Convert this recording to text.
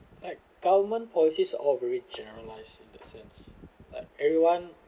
like government policies all are very generalised in the sense like everyone